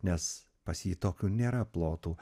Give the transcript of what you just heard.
nes pas jį tokių nėra plotų